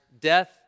death